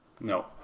No